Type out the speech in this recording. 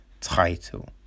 title